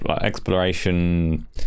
exploration